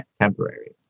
temporary